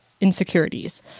insecurities